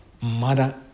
mother